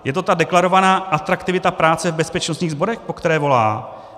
Je to ta deklarovaná atraktivita práce v bezpečnostních sborech, po které volá?